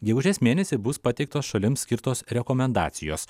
gegužės mėnesį bus pateiktos šalims skirtos rekomendacijos